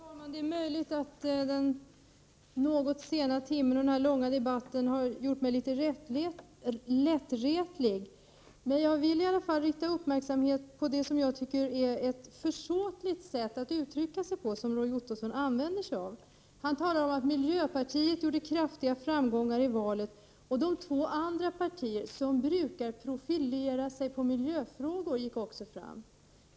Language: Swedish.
Herr talman! Det är möjligt att den något sena timmen i denna långa debatt har gjort mig lättretlig. Jag vill i alla fall rikta uppmärksamheten på det, som jag tycker, försåtliga sätt att uttrycka sig på som Roy Ottosson använde sig av. Han talade om att miljöpartiet hade kraftiga framgångar i valet och att de två andra partier som brukar profilera sig på miljöfrågorna Prot. 1988/89:44 också gick framåt.